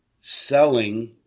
selling